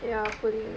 ya புரிது:puritu